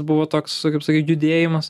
buvo toks kaip sakyt judėjimas